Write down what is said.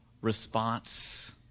response